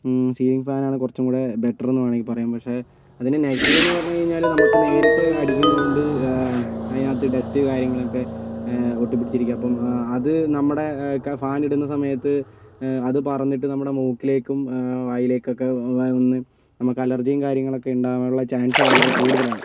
ceiling ഫാനാണ് കുറച്ചുകൂടെ better എന്ന് വേണെങ്കിൽ പറയാം പക്ഷെ അതിൻ്റെ നെഗറ്റീവ് എന്ന് പറഞ്ഞ് കഴിഞ്ഞാൽ നമുക്ക് നേരിട്ട് അടിക്കുന്നതു കൊണ്ട് അതിനകത്ത് ഡസ്റ്റ് കാര്യങ്ങളൊക്കെ ഒട്ടിപിടിച്ച് ഇരിക്കുക അപ്പം അത് നമ്മുടെ ഫാൻ ഇടുന്ന സമയത്ത് അത് പറന്നിട്ട് നമ്മുടെ മൂക്കിലേക്കും വായിലേക്കും ഒക്കെ വന്ന് നമുക്ക് അലർജിയും കാര്യങ്ങളൊക്കെ ഉണ്ടാകാനുള്ള ചാൻസ് ഭയങ്കര കൂടുതലാണ്